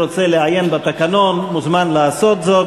מי שרוצה לעיין בתקנון, מוזמן לעשות זאת.